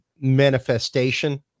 manifestation